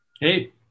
hey